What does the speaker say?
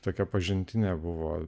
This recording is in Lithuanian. tokia pažintinė buvo